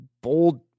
bold